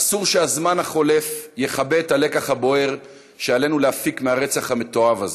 אסור שהזמן החולף יכבה את הלקח הבוער שעלינו להפיק מהרצח המתועב הזה.